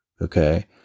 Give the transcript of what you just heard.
okay